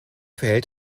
verhält